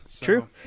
True